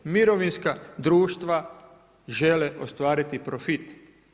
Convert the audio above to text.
Mirovinska društva žele ostvariti profit.